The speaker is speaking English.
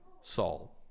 Saul